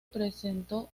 presentó